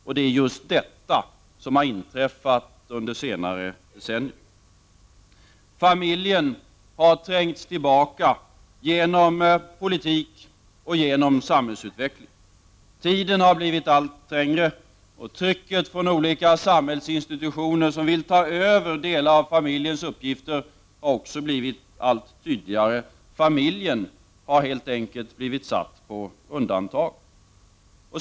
Det är just detta som har inträffat under senare decennier. Familjen har trängts tillbaka genom den förda politiken och genom sam hällsutvecklingen. Tiden har blivit allt mindre, och trycket från samhällsinstitutioner som vill ta över delar av familjens uppgifter har också blivit allt tydligare. Familjen har helt enkelt satts på undantag.